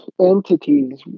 entities